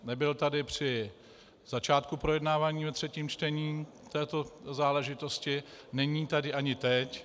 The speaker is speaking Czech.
Nebyl tady při začátku projednávání ve třetím čtení této záležitosti, není tady ani teď.